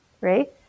Right